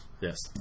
Yes